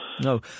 No